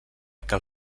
cal